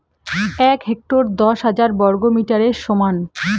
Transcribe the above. এক হেক্টর দশ হাজার বর্গমিটারের সমান